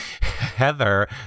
Heather